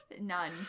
None